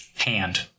Hand